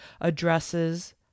addresses